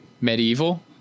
Medieval